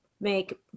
make